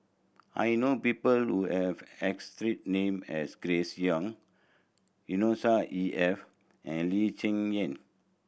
I know people who have name as Grace Young Yusnor E F and Lee Cheng Yan